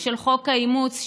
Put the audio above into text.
של חוק האימוץ,